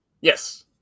Yes